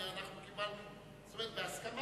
ואנחנו קיבלנו בהסכמה,